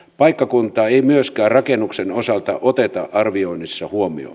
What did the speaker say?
paikkakuntaa ei myöskään rakennuksen osalta oteta arvioinnissa huomioon